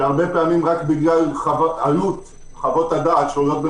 שהרבה פעמים רק בגלל עלות חוות הדעת בין